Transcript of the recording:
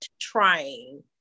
trying